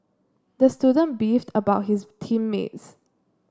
the student beefed about his team mates